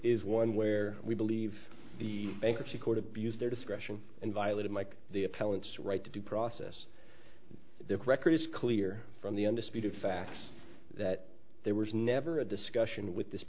is one where we believe the bankruptcy court abused their discretion and violated mike the appellant's right to due process their record is clear from the undisputed fact that there was never a discussion with this